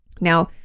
Now